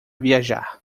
viajar